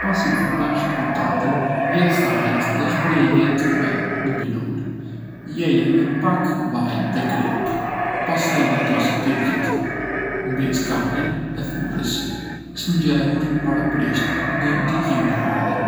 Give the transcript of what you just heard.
Pasi ta lash pataten, lëre të thahet dhe shpoje lehtë me një pirun. Lyeje me pak vaj dhe kripë, pastaj vendose direkt mbi skarën e furrës së nxehur paraprakisht në di-qind °C.